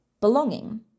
belonging